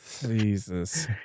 Jesus